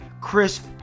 crisp